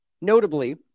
Notably